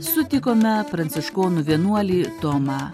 sutikome pranciškonų vienuolį tomą